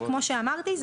וכמו שאמרתי,